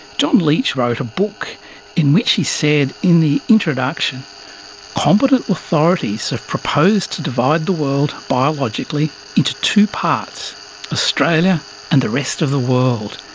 john leach wrote a book in which he said in the introduction competent authorities have proposed to divide the world, biologically, into two parts australia and the rest of the world,